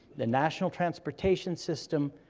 the national transportation system,